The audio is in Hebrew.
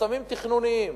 חסמים תכנוניים.